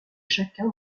chacun